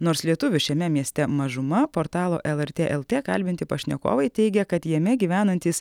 nors lietuvių šiame mieste mažuma portalo lrt lt kalbinti pašnekovai teigia kad jame gyvenantys